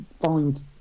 find